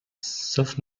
sauf